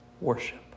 worship